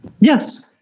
Yes